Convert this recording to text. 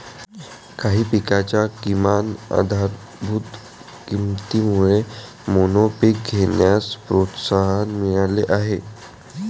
काही पिकांच्या किमान आधारभूत किमतीमुळे मोनोपीक घेण्यास प्रोत्साहन मिळाले आहे